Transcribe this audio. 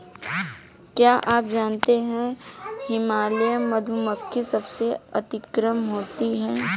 क्या आप जानते है हिमालयन मधुमक्खी सबसे अतिक्रामक होती है?